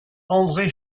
andré